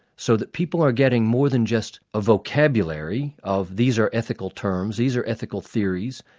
so that people are getting more than just a vocabulary of these are ethical terms, these are ethical theories.